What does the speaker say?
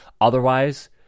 Otherwise